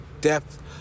depth